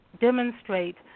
demonstrate